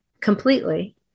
completely